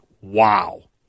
wow